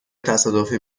تصادفی